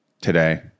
today